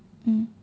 mm